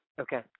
Okay